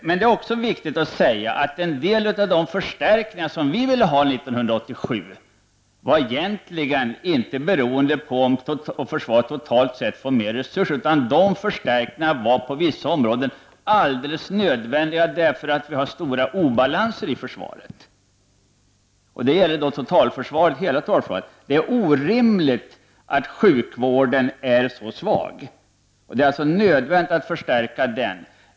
Men det är också viktigt att säga att en del av de förstärkningar som vi ville ha 1987 egentligen inte var beroende av om försvaret totalt sett får större resurser. De förstärkningarna var i stället på vissa områden alldeles nödvändiga därför att vi har stora obalanser i totalförsvaret i dess helhet. Det är orimligt att krigssjukvården är så svag, och det är nödvändigt att förstärka den.